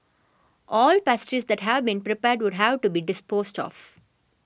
all pastries that have been prepared would have to be disposed of